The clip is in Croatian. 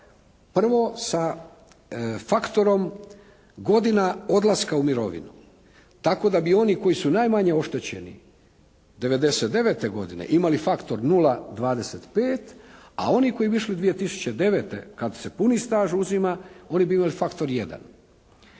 Prvo, sa faktorom godina odlaska u mirovinu tako da bi oni koji su najmanje oštećeni '99. godine imali faktor 0,25 a oni koji išli 2009. kad se puni staž uzima, oni bi imali faktor 1.